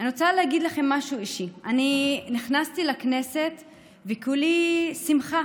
אני רוצה להגיד לכם משהו אישי: אני נכנסתי לכנסת וכולי שמחה,